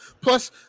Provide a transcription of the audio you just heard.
Plus